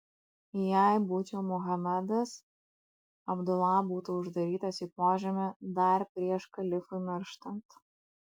jei būčiau muhamedas abdula būtų uždarytas į požemį dar prieš kalifui mirštant